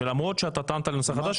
אמרת שלמרות שאתה טענת לנושא חדש,